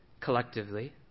Collectively